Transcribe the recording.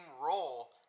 role